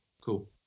Cool